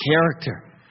character